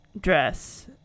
dress